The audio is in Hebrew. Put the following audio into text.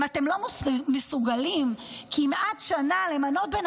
אם אתם לא מסוגלים כמעט שנה למנות בן